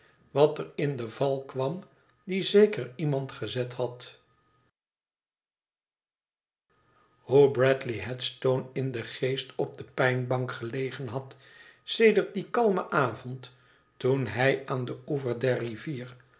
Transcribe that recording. wat er in de val kwam die zeker iemand gezet had hoe bradley headstone in den geest op de pijnbank gelegen had sedert dien kalmen avond toen hij aan den oever der rivier